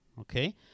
Okay